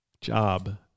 job